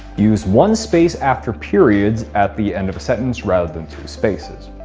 use one space after periods at the end of a sentence rather than two spaces.